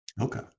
okay